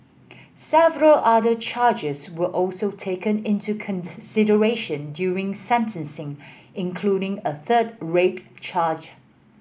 several other charges were also taken into consideration during sentencing including a third rape charge